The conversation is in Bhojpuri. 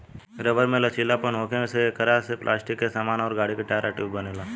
रबर में लचीलापन होखे से एकरा से पलास्टिक के सामान अउर गाड़ी के टायर आ ट्यूब बनेला